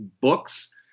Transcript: books